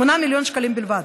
8 מיליון שקלים בלבד.